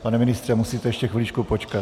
Pane ministře, musíte ještě chviličku počkat.